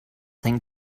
thing